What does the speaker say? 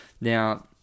Now